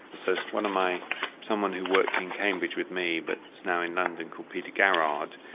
so it's one of my someone who worked in cambridge with me but is now in london, called peter garrard,